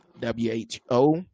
W-H-O